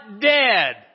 dead